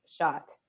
shot